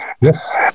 yes